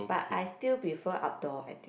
but I still prefer outdoor active